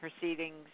proceedings